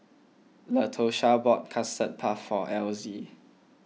Latosha bought Custard Puff for Elzie